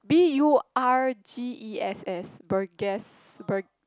b_u_r_g_e_s_s Burgess bur